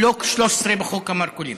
בלוק 13 בחוק המרכולים.